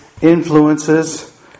influences